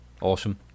awesome